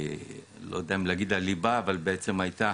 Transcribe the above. שהייתה